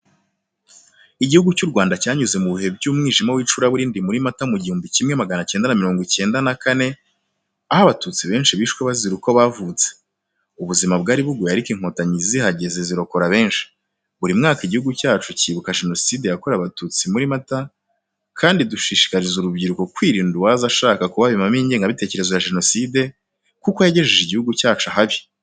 Igihugu cy'u Rwanda cyanyuze mu bihe by'umwijima w'icuraburindi muri Mata mu gihumbi kimwe magana cyenda na mirongo icyenda na kane, aho Abatutsi benshi bishwe bazira uko bavutse. Ubuzima bwari bugoye ariko Inkotanyi zihageze zirokora benshi. Buri mwaka iguhugu cyacu cyibuka Jenoside yakorewe Abatutsi muri Mata, kandi dushishikariza urubyiruko kwirinda uwaza ashaka kubabibamo ingengabitekerezo ya jenoside, kuko yagejeje igihugu cyacu ahabi.